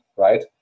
right